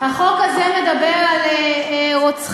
הם אלו שיושבים על כס המשפט,